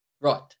Right